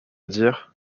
dire